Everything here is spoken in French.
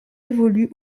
évolue